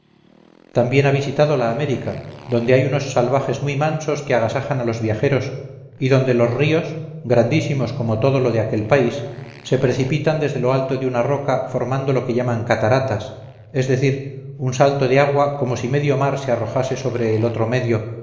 también ha visitado la américa donde hay unos salvajes muy mansos que agasajan a los viajeros y donde los ríos grandísimos como todo lo de aquel país se precipitan desde lo alto de una roca formando lo que llaman cataratas es decir un salto de agua como si medio mar se arrojase sobre el otro medio